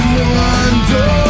wonder